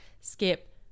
skip